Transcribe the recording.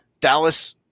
Dallas